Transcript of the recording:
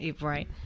right